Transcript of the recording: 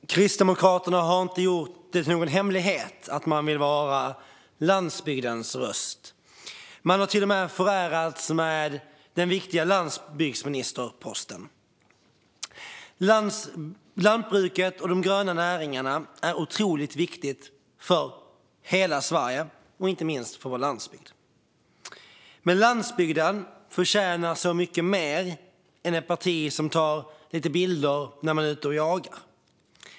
Fru talman! Kristdemokraterna har inte gjort det till någon hemlighet att man vill vara landsbygdens röst. Man har till och med förärats med den viktiga landsbygdsministerposten. Lantbruket och de gröna näringarna är otroligt viktiga för hela Sverige, inte minst för vår landsbygd. Men landsbygden förtjänar så mycket mer än ett parti som tar lite bilder när man är ute och jagar.